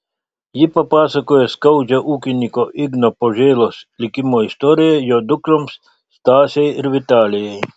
ji papasakojo skaudžią ūkininko igno požėlos likimo istoriją jo dukroms stasei ir vitalijai